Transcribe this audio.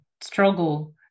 struggle